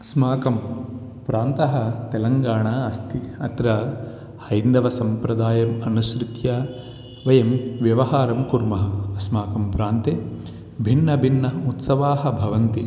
अस्माकं प्रान्तः तेलङ्गाणा अस्ति अत्र हैन्दवसम्प्रदायम् अनुसृत्य वयं व्यवहारं कुर्मः अस्माकं प्रान्ते भिन्न भिन्न उत्सवाः भवन्ति